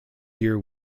here